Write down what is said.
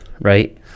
right